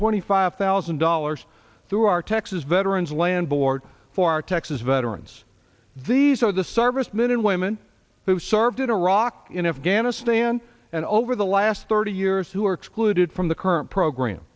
twenty five thousand dollars through our texas veterans land board for our texas veterans these are the servicemen and women who served in iraq in afghanistan and over the last thirty years who are excluded from the current program